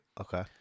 Okay